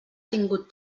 tingut